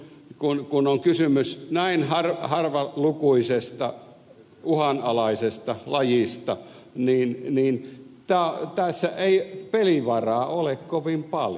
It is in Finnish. kun on kysymys näin harvalukuisesta uhanalaisesta lajista niin tässä ei pelivaraa ole kovin paljon